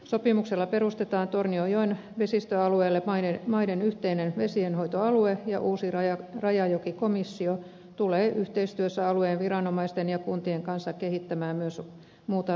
sopimuksella perustetaan tornionjoen vesistöalueelle maiden yhteinen vesienhoitoalue ja uusi rajajokikomissio tulee yhteistyössä alueen viranomaisten ja kuntien kanssa kehittämään myös muuta rajavesiyhteistyötä